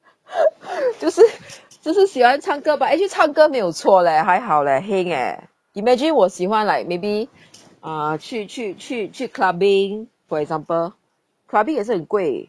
就是就是喜欢唱歌 but actually 唱歌没有错 leh 还好 leh heng eh imagine 我喜欢 like maybe uh 去去去去 clubbing for example clubbing 也是很贵